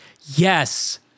Yes